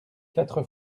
quatre